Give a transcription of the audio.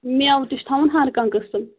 میوٕ تہِ چھِ تھاوُن ہرکانٛہ قٕسٕم